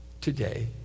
today